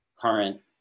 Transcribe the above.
current